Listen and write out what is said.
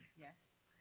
yes.